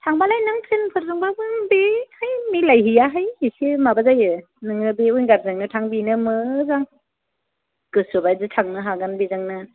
थांबालाय नों ट्रेनफोरजोंबाबो बेहाय मिलायहैयाहाय एसे माबा जायो नोङो बे विंगारजोंनो थां बेनो मोजां गोसोबादि थांनो हागोन बेजोंनो